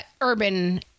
urban